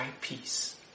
peace